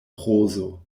prozo